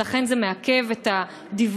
ולכן זה מעכב את הדיווח.